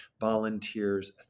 volunteers